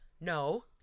No